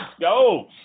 go